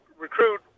recruit